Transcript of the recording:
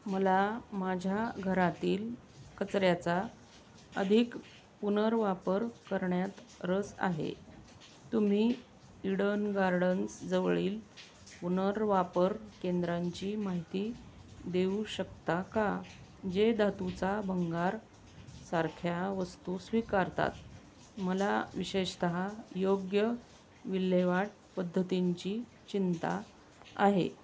मला माझ्या घरातील कचऱ्याचा अधिक पुनर्वापर करण्यात रस आहे तुम्ही इडन गार्डन्स जवळील पुनर्वापर केंद्रांची माहिती देऊ शकता का जे धातूचा भंगार सारख्या वस्तू स्वीकारतात मला विशेषतः योग्य विल्हेवाट पद्धतींची चिंता आहे